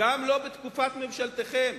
גם לא בתקופת ממשלתכם,